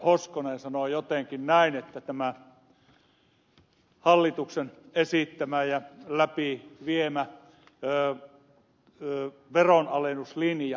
hoskonen sanoi jotenkin näin että tämä hallituksen esittämä ja läpiviemä veronalennuslinja on sosiaalisesti oikeudenmukainen